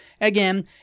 again